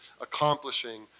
accomplishing